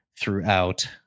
throughout